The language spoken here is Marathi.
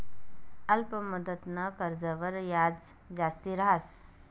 अल्प मुदतनं कर्जवर याज जास्ती रहास